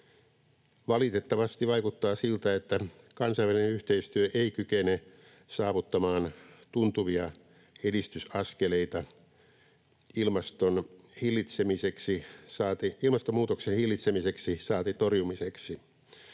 Valitettavasti vaikuttaa siltä, että kansainvälinen yhteistyö ei kykene saavuttamaan tuntuvia edistysaskeleita ilmastonmuutoksen hillitsemiseksi, saati torjumiseksi.